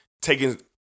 taking